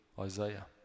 Isaiah